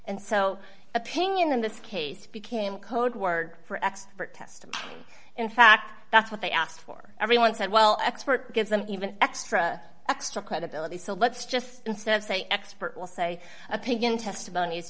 and so opinion in this case became code word for expert test in fact that's what they asked for everyone said well expert gives them even extra extra credibility so let's just say expert will say a piggin testimony is